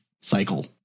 cycle